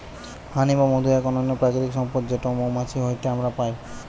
হানি বা মধু এক অনন্য প্রাকৃতিক সম্পদ যেটো মৌমাছি হইতে আমরা পাই